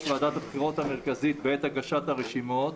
ועדת הבחירות המרכזית בעת הגשת הרשימות.